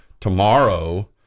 tomorrow